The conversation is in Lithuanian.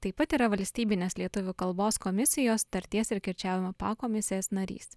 taip pat yra valstybinės lietuvių kalbos komisijos tarties ir kirčiavimo pakomisės narys